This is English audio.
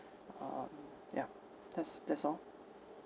um yup that's that's all